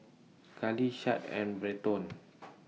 Carlee Shad and Berton